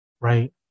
Right